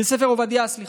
בספר עובדיה, סליחה: